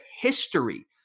history